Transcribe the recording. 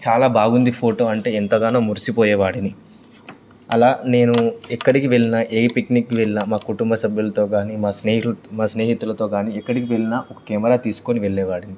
చాలా బాగుంది ఫోటో అంటే ఎంతగానో మురిసిపోయేవాడిని అలా నేను ఎక్కడికి వెళ్ళిన ఏ పిక్నిక్కి వెళ్ళిన మా కుటుంబ సభ్యులతో గానీ మా స్నేహితు మా స్నేహితులతో కానీ ఎక్కడికి వెళ్ళిన ఒక కెమెరా తీసుకొని వెళ్ళేవాడిని